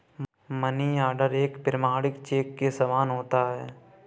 money order एक प्रमाणिक cheque के समान होता है